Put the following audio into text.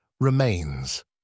remains